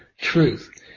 truth